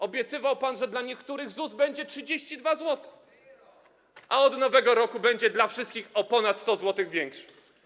Obiecywał pan, że dla niektórych ZUS będzie wynosił 32 zł, a od nowego roku będzie dla wszystkich o ponad 100 zł większy.